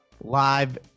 live